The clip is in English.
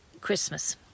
Christmas